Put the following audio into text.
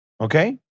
Okay